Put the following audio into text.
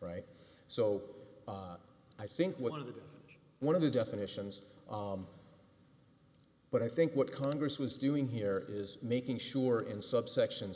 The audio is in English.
right so i think one of the one of the definitions but i think what congress was doing here is making sure in subsection